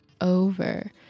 over